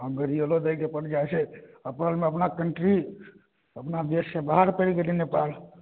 हँ गड़िअलो दैके पड़ि जाइ छै ओहिपर मे अपना कन्ट्री अपना देशसँ बाहर पड़ि गेलै नेपाल